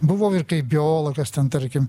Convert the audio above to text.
buvo ir kaip biologas ten tarkim